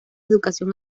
educación